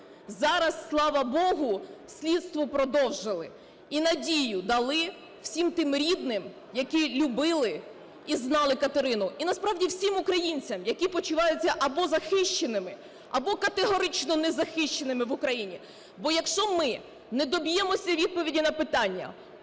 Зараз, слава Богу, слідство продовжили і надію дали всім тим рідним, які любили і знали Катерину, і насправді всім українцям, які почуваються або захищеними, або категорично незахищеними в Україні. Бо якщо ми не доб'ємося відповіді на питання: